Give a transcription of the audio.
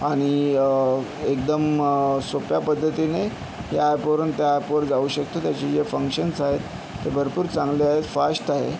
आणि एकदम सोप्या पद्धतीने या ॲपवरून त्या ॲपवर जाऊ शकतो त्याचे जे फंक्शन्स आहेत ते भरपूर चांगले आहेत फाष्ट आहे